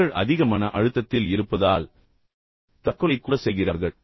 மக்கள் அதிக மன அழுத்தத்தில் இருப்பதால் தற்கொலை கூட செய்கிறார்கள்